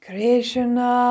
Krishna